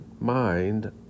mind